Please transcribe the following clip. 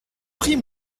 pris